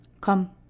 Come